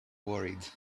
worried